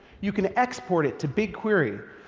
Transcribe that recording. you can export it to bigquery,